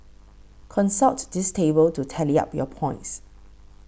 consult this table to tally up your points